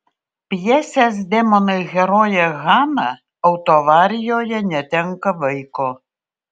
pjesės demonai herojė hana autoavarijoje netenka vaiko